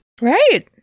Right